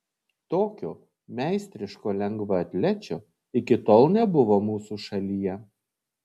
tokio meistriško lengvaatlečio iki tol nebuvo mūsų šalyje